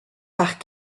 par